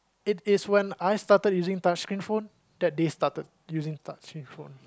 it is when I started using touch screen phone that they started using touch screen phone